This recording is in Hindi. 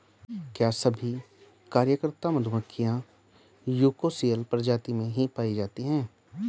क्या सभी कार्यकर्ता मधुमक्खियां यूकोसियल प्रजाति में ही पाई जाती हैं?